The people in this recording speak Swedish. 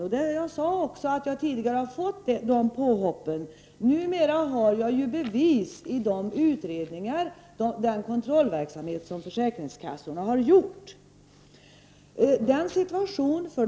Jag sade också tidigare att dessa påhopp har gjorts på mig. Numera har jag ju bevis i försäkringskassornas utredningar och kontrollverksamhet.